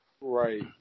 right